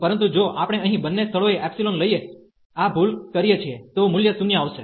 પરંતુ જો આપણે અહીં બંને સ્થળોએ એપ્સીલોન લઈને આ ભૂલ કરીએ છીએ તો મૂલ્ય 0 આવશે